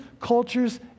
cultures